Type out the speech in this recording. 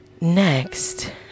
Next